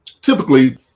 typically